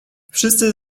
wszyscy